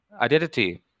identity